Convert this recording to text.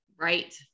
right